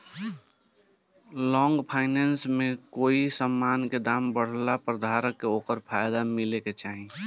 long finance में कोई समान के दाम बढ़ला पर धारक के ओकर फायदा मिले के चाही